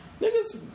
Niggas